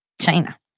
China